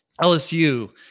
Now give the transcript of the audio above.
LSU